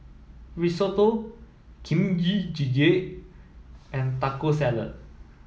Risotto Kimchi Jjigae and Taco Salad